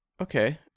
Okay